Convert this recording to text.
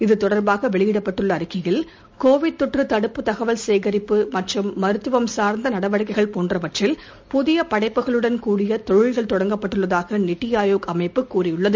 இது தொடர்பாகவெளியிட்டுள்ளஅறிக்கையில் கோவிட் தொற்றுதடுப்பு தகவல் சேகரிப்பு மற்றும் மருத்துவம் சார்ந்தநடவடிக்கைகள் போன்றவற்றில் கூடிய தொழில்கள் தொடங்கப்பட்டுள்ளதாகநித்திஆயோக் அமைப்பு தெரிவித்துள்ளது